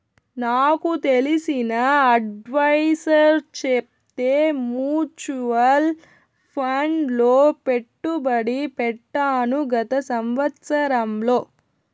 నాకు తెలిసిన అడ్వైసర్ చెప్తే మూచువాల్ ఫండ్ లో పెట్టుబడి పెట్టాను గత సంవత్సరంలో